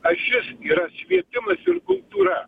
ašis yra švietimas ir kultūra